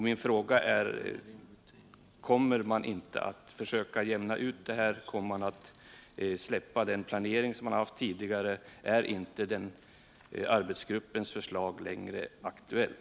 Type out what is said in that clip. Min fråga är: Kommer man inte att försöka jämna ut det här? Kommer man att släppa den planering man har haft tidigare? Är inte arbetsgruppens förslag längre aktuellt?